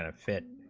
ah fit